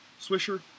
Swisher